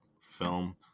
film